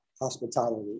hospitality